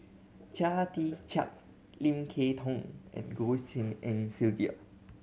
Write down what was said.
Chia Tee Chiak Lim Kay Tong and Goh Tshin En Sylvia